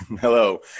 Hello